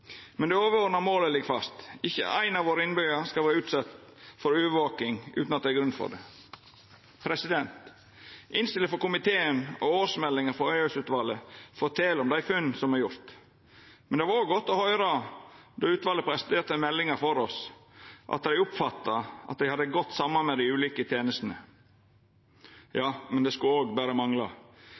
Men det overordna målet ligg fast. Ikkje éin av innbyggjarane våre skal vera utsett for overvaking utan at det er grunn for det. Innstillinga frå komiteen og årsmeldinga frå EOS-utvalet fortel om dei funna som er gjorde. Men det var òg godt å høyra då utvalet presenterte meldinga for oss, at dei meinte at dei hadde godt samarbeid med dei ulike tenestene. Men det skulle òg berre mangla.